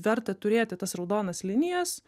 verta turėti tas raudonas linijas